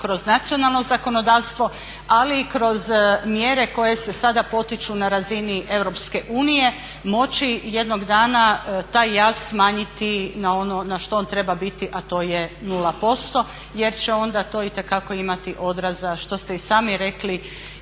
kroz nacionalno zakonodavstvo ali i kroz mjere koje se sada potiču na razini EU moći jednog dana taj jaz smanjiti na ono na što on treba biti a to je 0% jer će onda to itekako imati odreza što ste i sami rekli.